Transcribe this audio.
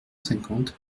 cinquante